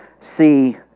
see